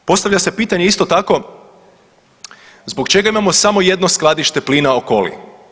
Postavlja se pitanje isto tako zbog čega imamo samo jedno skladište plina Okoli.